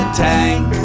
tank